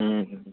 હા